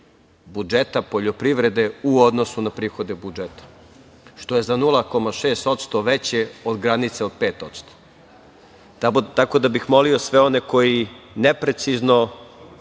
budžeta poljoprivrede u odnosu na prihode budžeta, što je za 0,6% veće od granice od 5%.Tako da, molio bih sve one koji neprecizno,